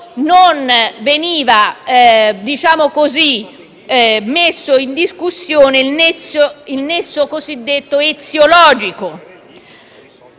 non veniva messo in discussione il nesso cosiddetto eziologico.